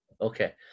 Okay